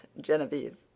genevieve